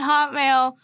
Hotmail